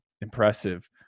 impressive